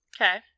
Okay